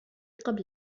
قبل